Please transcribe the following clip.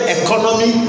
economy